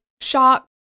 shock